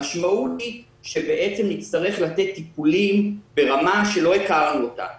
המשמעות היא שבעצם נצטרך לתת טיפולים ברמה שלא הכרנו עד כה,